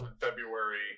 February